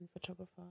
photographer